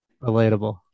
relatable